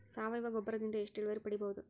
ಸಾವಯವ ಗೊಬ್ಬರದಿಂದ ಎಷ್ಟ ಇಳುವರಿ ಪಡಿಬಹುದ?